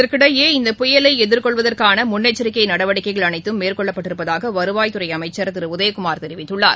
இதற்கிடையே இந்த புயலைஎதிர்கொள்வதற்கானமுன்னெச்சரிக்கைநடவடிக்கைகள் அனைத்தம் மேற்கொள்ளப்பட்டிருப்பதாகவருவாய்த்துறைஅமைச்சர் திருஉதயகுமார் தெரிவித்துள்ளார்